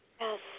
Yes